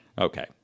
okay